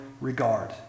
regard